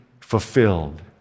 fulfilled